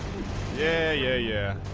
yeah yeah yeah